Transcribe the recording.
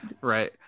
right